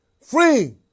free